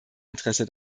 interesse